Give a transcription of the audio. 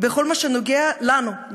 בכל מה שנוגע לנו,